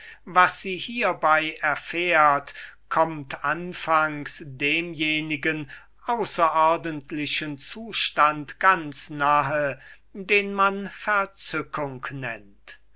was sie hiebei erfährt kommt anfangs demjenigen außerordentlichen zustande ganz nahe den man verzückung nennt